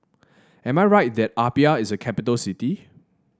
am I right that Apia is a capital city